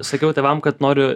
sakiau tėvam kad noriu